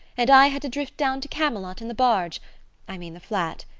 and i had to drift down to camelot in the barge i mean the flat.